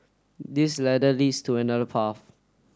this ladder leads to another path